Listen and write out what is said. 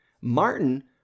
Martin